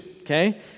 okay